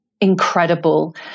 incredible